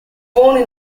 born